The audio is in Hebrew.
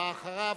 הבאה אחריו,